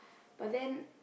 but then